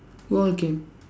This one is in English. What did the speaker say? go on okay